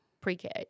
pre-K